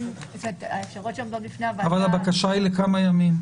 אבל הבקשה היא לכמה ימים?